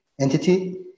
entity